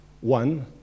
one